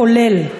כולל.